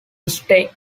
stay